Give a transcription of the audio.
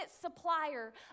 supplier